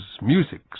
music